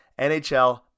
NHL